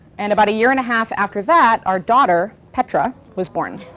and about a year and a half after that, our daughter, petra, was born.